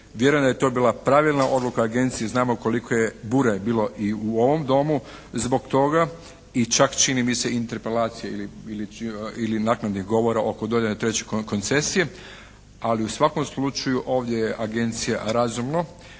Vjerujem da je to bila pravilna agencije, znamo koliko je bure bilo u ovom domu zbog toga i čak čini mi se interpelacija ili naknadnih govora oko dodjele treće koncesije. Ali u svakom slučaju ovdje je agencija razumno